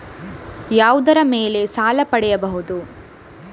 ಯಾವುದರ ಮೇಲೆ ಸಾಲ ಪಡೆಯಬಹುದು?